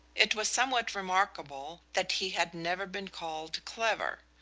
it was somewhat remarkable that he had never been called clever.